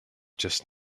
just